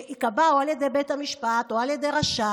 שייקבע או על ידי בית המשפט או על ידי רשם,